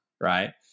Right